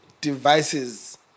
Devices